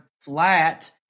flat